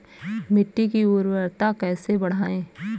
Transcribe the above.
मिट्टी की उर्वरता कैसे बढ़ाएँ?